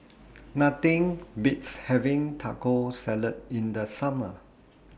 Nothing Beats having Taco Salad in The Summer